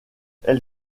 elle